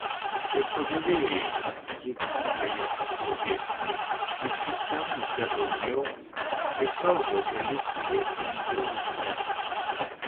ir padavėjai dzūkijoje paslaugesni ir šypsenų čia daugiau ir kalbą gali su jais lengviau užvesti